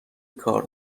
کار